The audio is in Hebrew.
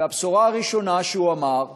והבשורה הראשונה שהוא אמר היא,